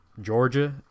Georgia